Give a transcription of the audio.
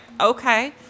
okay